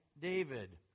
David